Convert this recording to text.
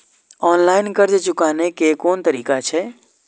Online कर्ज चुकाने के कोन तरीका छै?